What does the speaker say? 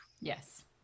Yes